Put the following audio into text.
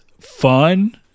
fun